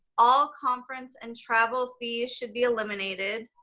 all conference and travel fees should be eliminated.